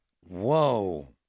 whoa